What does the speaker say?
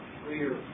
clear